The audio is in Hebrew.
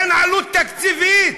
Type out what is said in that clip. אין עלות תקציבית.